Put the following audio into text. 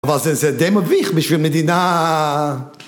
אבל זה זה זה די מביך בשביל המדינה.